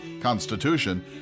Constitution